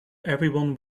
everyone